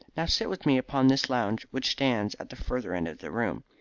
now sit with me upon this lounge which stands at the further end of the room.